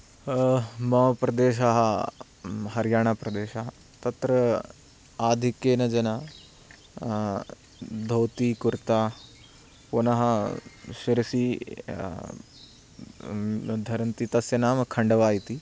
मम प्रदेशः हरियाणाप्रदेशः तत्र आधिक्येन जना धौति कुर्ता पुनः शिरसि धरन्ति तस्य नाम खण्डवा इति